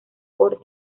por